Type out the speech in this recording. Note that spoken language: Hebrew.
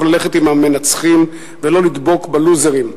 ללכת עם המנצחים ולא לדבוק בלוזרים.